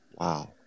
Wow